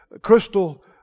crystal